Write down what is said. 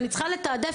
אני צריכה לתעדף,